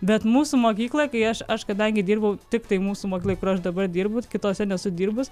bet mūsų mokykloj kai aš aš kadangi dirbau tiktai mūsų mokykloj kur aš dabar dirbu kitose nesu dirbus